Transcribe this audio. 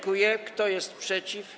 Kto jest przeciw?